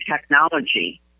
technology